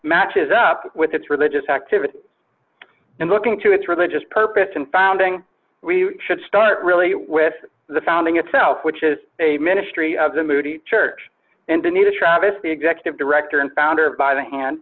matches up with its religious activity in looking to its religious purpose in founding we should start really with the founding itself which is a ministry of the moody church and the need to travis the executive director and founder by the hand